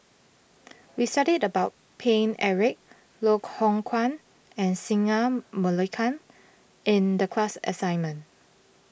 we studied about Paine Eric Loh Hoong Kwan and Singai Mukilan in the class assignment